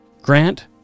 Grant